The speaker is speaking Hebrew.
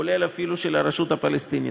כולל אפילו של הרשות הפלסטינית.